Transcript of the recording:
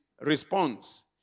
response